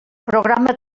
programa